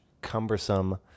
cumbersome